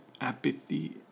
Apathy